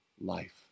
life